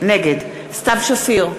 נגד סתיו שפיר,